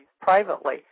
privately